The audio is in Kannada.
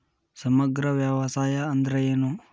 ಸಮಗ್ರ ವ್ಯವಸಾಯ ಅಂದ್ರ ಏನು?